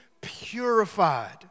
purified